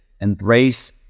embrace